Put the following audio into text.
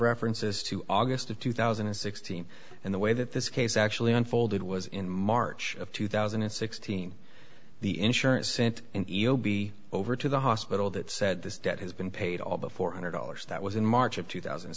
references to august of two thousand and sixteen and the way that this case actually unfolded was in march of two thousand and sixteen the insurance sent and be over to the hospital that said this debt has been paid all but four hundred dollars that was in march of two thousand